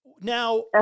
Now